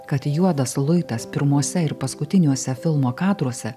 kad juodas luitas pirmuose ir paskutiniuose filmo kadruose